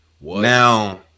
Now